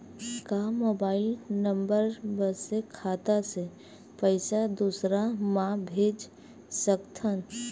का mobile number बस से खाता से पईसा दूसरा मा भेज सकथन?